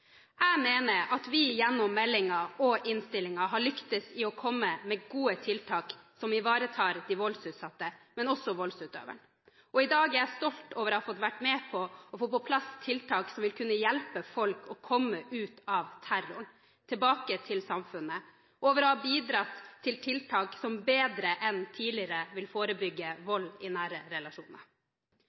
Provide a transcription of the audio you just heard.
Jeg mener at vi gjennom meldingen – og innstillingen – har lyktes i å komme med gode tiltak som ivaretar de voldsutsatte, men også voldsutøveren. Og i dag er jeg stolt over å ha fått være med på å få på plass tiltak som vil kunne hjelpe folk å komme ut av terroren og tilbake til samfunnet, og over å ha bidratt til tiltak som bedre enn tidligere vil forebygge vold i nære relasjoner.